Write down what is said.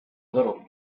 little